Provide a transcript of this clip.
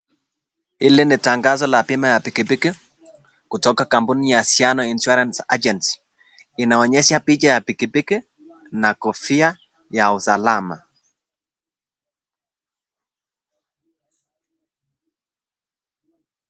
Hili ni tangazo la bima ya pikipiki kutoka kampuni ya Anziano Insurance Agency. Inaonyesha picha ya pikipiki na kofia ya usalama.